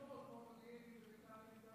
יש מודיעין עילית,